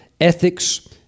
ethics